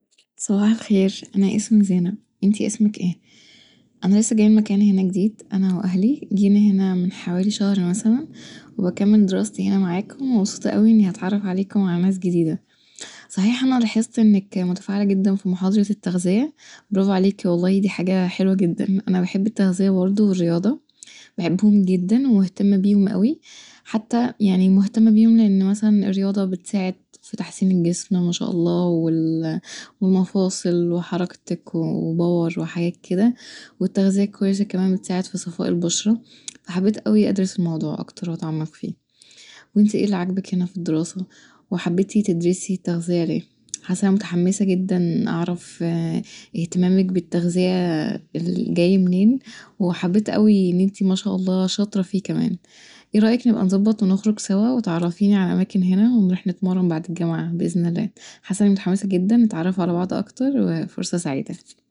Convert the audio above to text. صباح الخير، انا اسمي زينب انتي اسمك ايه، انا لسه جايه المكان هنا جديد انا واهلي جينا هنا من حوالي شهر مثلا وبكمل دراستي هنا معاكم ومبسوطه اوي اني هتعرف عليكم وعلي ناس جديده صحيح انا لاحظت انك متفاعله جدا في محاضرة التغذيه برافو عليكي والله دي حاجه حلوه جدا، انا بحب التغذيه برضو والرياضه، بحبهم جدا، وبهتم بيهم اوي، حتي يعني مهتمه بيهم لان يعني الرياضه بتساعد في تحسين الجسم ما شاء الله والمفاصل وحركة الكوع وباور وحاجات كدا والتغذيه الكويسه بتساعد كمان في صفاء البشرة فحبيت اوي ادرس الموضوع واتعمق فيه انتي ايه اللي عاجبك هنا في الدراسه وحبيتي تدرسي التغذية ليه حاسه ان انا متحمسه جدا اعرف اهتمامك بالتغذية جي منين وحبيت اوي ان انتي ماشاء الله شاطره فيه كمان، ايه رأيك نبقي نظبذ ونخرج سوا تعرفيني علي اماكن هنا ونروح نتمرن علي بعد الجامعه بإذن الله، حاسه اني متحمسه جدا نتعرف علي بعض اكتر وفرصة سعيدة